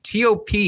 TOP